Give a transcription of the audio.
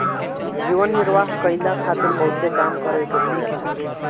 जीवन निर्वाह कईला खारित बहुते काम करे के पड़ेला